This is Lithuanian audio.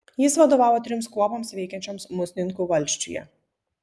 jis vadovavo trims kuopoms veikiančioms musninkų valsčiuje